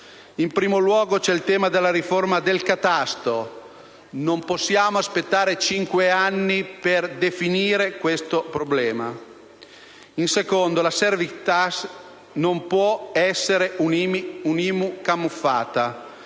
In primo luogo c'è il tema della riforma del catasto: non possiamo aspettare cinque anni per definire questo problema. In secondo luogo, la *service tax* non può essere un IMU camuffata